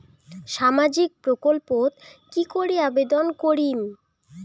সামাজিক প্রকল্পত কি করি আবেদন করিম?